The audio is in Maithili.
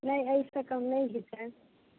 नहि एहिसँ कम नहि बिकायत